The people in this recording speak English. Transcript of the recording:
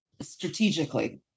strategically